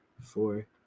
four